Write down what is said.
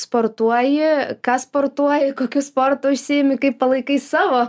sportuoji ką sportuoji kokiu sportu užsiimi kaip palaikai savo